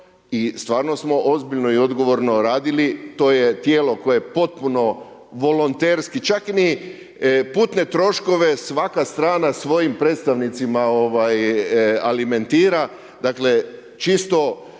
i stvarno smo ozbiljno i odgovorno radili, to je tijelo koje potpuno volonterski, čak ni putne troškove svaka strana svojim predstavnicima alimentira, dakle čisto